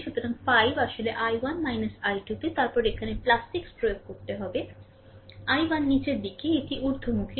সুতরাং 5 আসলে I1 I2 তে তারপরে এখানে 6 প্রয়োগ করতে হবে I1 নীচের দিকে এটি ঊর্ধ্বমুখী